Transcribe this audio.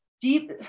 deep